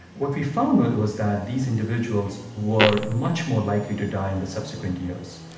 what we found was was that these individuals were much more likely to die in the subsequent years.